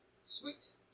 sweet